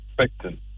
expecting